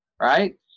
right